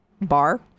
Bar